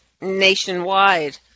nationwide